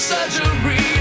surgery